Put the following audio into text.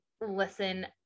listen